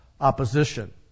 opposition